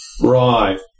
Right